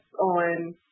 on